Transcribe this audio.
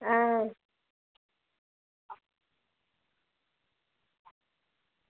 ऐं